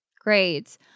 Great